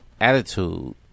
attitude